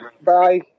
bye